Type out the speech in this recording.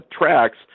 tracks